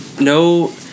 no